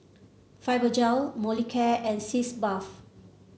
Fibogel Molicare and Sitz Bath